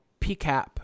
PCAP